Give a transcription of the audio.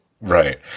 Right